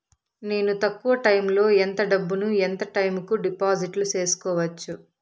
నేను తక్కువ టైములో ఎంత డబ్బును ఎంత టైము కు డిపాజిట్లు సేసుకోవచ్చు?